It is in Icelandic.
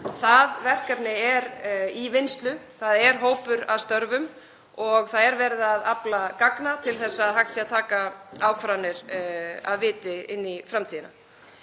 Það verkefni er í vinnslu. Það er hópur að störfum og það er verið að afla gagna til að hægt sé að taka ákvarðanir af viti inn í framtíðina.